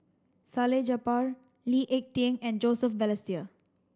Salleh Japar Lee Ek Tieng and Joseph Balestier